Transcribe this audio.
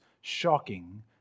Shocking